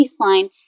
baseline